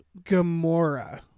Gamora